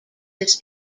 this